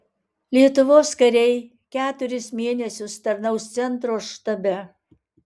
lietuvos kariai keturis mėnesius tarnaus centro štabe